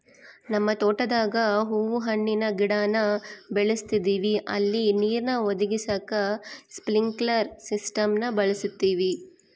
ನಮ್ ತೋಟುದಾಗ ಹೂವು ಹಣ್ಣಿನ್ ಗಿಡಾನ ಬೆಳುಸ್ತದಿವಿ ಅಲ್ಲಿ ನೀರ್ನ ಒದಗಿಸಾಕ ಸ್ಪ್ರಿನ್ಕ್ಲೆರ್ ಸಿಸ್ಟಮ್ನ ಬಳುಸ್ತೀವಿ